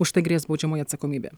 užtai grės baudžiamoji atsakomybė